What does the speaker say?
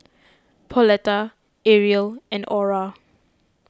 Pauletta Ariel and Aura